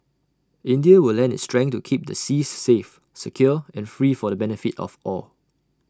India will lend its strength to keep the seas safe secure and free for the benefit of all